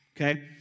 okay